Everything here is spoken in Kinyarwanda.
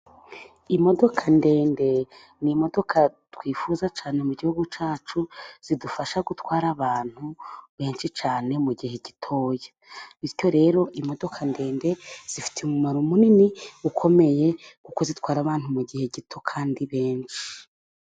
Imodoka ndende ni imodoka twifuza cyane mu gihugu cyacu, zidufasha gutwara abantu benshi cyane mu mu gihe gitoya, bityo rero imodoka ndende zifite umumaro munini ukomeye, kuko zitwara abantu mu gihe gito kandi benshi.